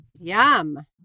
Yum